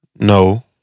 No